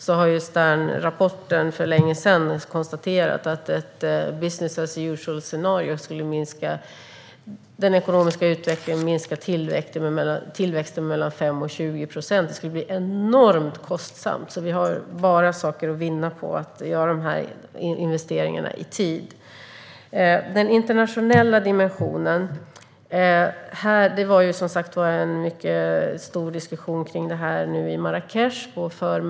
Sternrapporten har för länge sedan konstaterat att ett business-as-usual-scenario skulle minska den ekonomiska utvecklingen och tillväxten med mellan 5 och 20 procent. Det skulle bli enormt kostsamt. Vi har alltså bara saker att vinna på att göra dessa investeringar i tid. När det gäller den internationella dimensionen vill jag säga att det var en stor diskussion om detta på förmötet i Marrakech.